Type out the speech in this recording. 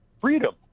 freedom